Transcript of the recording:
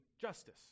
justice